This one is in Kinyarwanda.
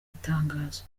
itangazo